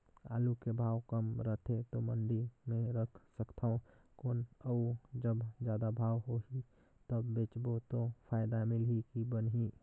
आलू के भाव कम रथे तो मंडी मे रख सकथव कौन अउ जब जादा भाव होही तब बेचबो तो फायदा मिलही की बनही?